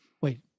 Wait